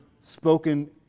spoken